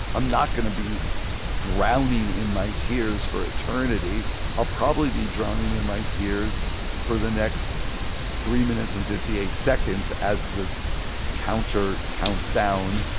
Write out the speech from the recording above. i'm not going to be drowning in my tears for eternity i'll probably be drowning in my tears for the next three minutes and fifty eight seconds, as the counter counts down,